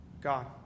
God